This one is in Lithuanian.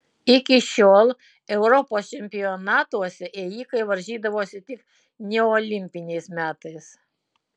iki šiol europos čempionatuose ėjikai varžydavosi tik neolimpiniais metais